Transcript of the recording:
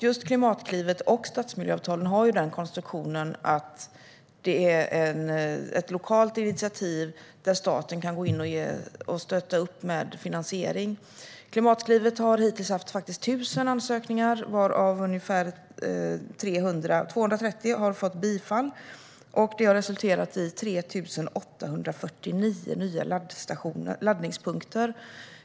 Just Klimatklivet och stadsmiljöavtalen har konstruktionen att staten kan gå in och stötta upp med finansiering när det tas ett lokalt initiativ. Klimatklivet har hittills fått 1 000 ansökningar, varav ungefär 230 har fått bifall. Det har resulterat i 3 849 nya laddningspunkter.